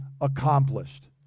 accomplished